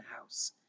house